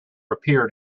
appeared